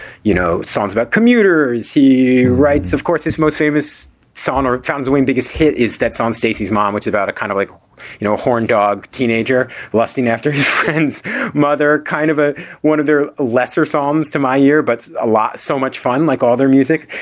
you know, songs about commuters. he writes, of course, his most famous song or sounds when biggest hit is that song, stacy's mom, which is about a kind of like you know a horndog teenager lusting after his friend's mother, kind of a one of their lesser songs to my year. but a lot so much fun, like all their music.